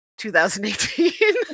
2018